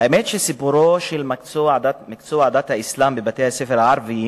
האמת שסיפורו של מקצוע דת האסלאם בבתי-הספר הערביים